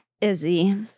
Izzy